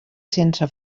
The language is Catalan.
sense